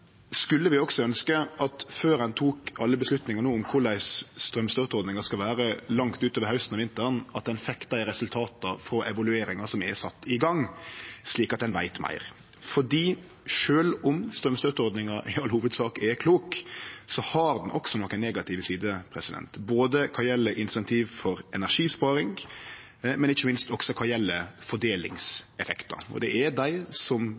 Vi skulle også ønske at ein før ein tok alle avgjerdene no om korleis straumstøtteordninga skal vere langt utover hausten og vinteren, fekk dei resultata frå evalueringa som er sett i gong, slik at ein veit meir. Sjølv om straumstøtteordninga i all hovudsak er klok, har den også nokon negative sider, kva gjeld både insentiv for energisparing og ikkje minst også fordelingseffektar. Det er dei som brukar mest og stort sett har best råd, som